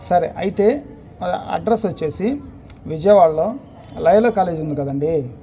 సరే అయితే అడ్రస్ వచ్చేసి విజయవాడలో లైవ్లా కాలేజ్ ఉంది కదండీ